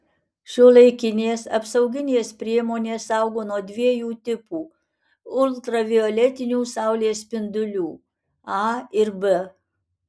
šiuolaikinės apsauginės priemonės saugo nuo dviejų tipų ultravioletinių saulės spindulių a ir b